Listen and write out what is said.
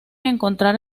encontrar